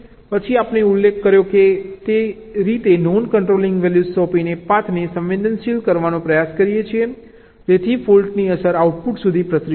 પછી આપણે ઉલ્લેખ કર્યો છે તે રીતે નોન કંટ્રોલિંગ વેલ્યૂઝ સોંપીને પાથને સંવેદનશીલ કરવાનો પ્રયાસ કરીએ છીએ જેથી ફોલ્ટની અસર આઉટપુટ સુધી પ્રસરી શકે